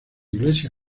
iglesia